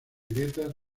grietas